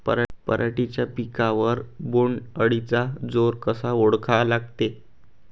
पराटीच्या पिकावर बोण्ड अळीचा जोर कसा ओळखा लागते?